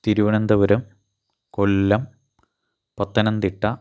Thiruvananthapuram Kollam Pathanamthitta